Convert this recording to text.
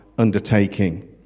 undertaking